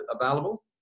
available